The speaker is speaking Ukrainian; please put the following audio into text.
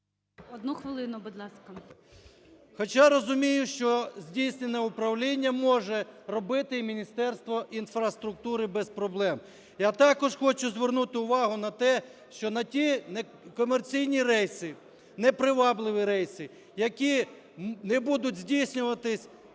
Одну хвилину, будь ласка. ЄВТУШОК С.М. … хоча розумію, що здійснення управління може робити і Міністерство інфраструктури без проблем. Я також хочу звернути увагу на те, що на ті некомерційні рейси, непривабливі рейси, які не будуть здійснюватися,